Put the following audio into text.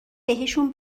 بهشون